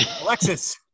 Alexis